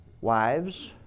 Wives